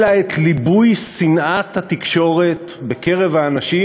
אלא ליבוי שנאת התקשורת בקרב האנשים,